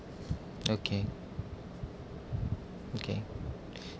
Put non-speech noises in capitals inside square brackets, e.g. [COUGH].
okay okay [BREATH]